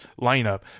lineup